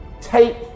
take